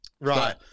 Right